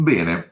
Bene